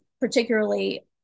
particularly